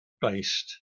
based